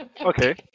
okay